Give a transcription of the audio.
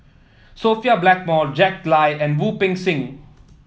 Sophia Blackmore Jack Lai and Wu Peng Seng